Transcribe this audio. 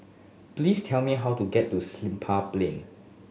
please tell me how to get to Siglap Plain